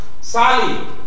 Sally